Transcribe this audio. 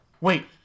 wait